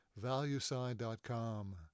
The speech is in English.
Valueside.com